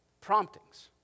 Promptings